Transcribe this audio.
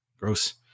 gross